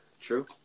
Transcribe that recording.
True